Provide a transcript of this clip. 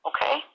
Okay